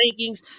rankings